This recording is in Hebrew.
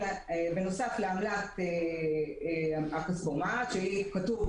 שבנוסף לעמלת הכספומט, שהסכום המדויק שלה כתוב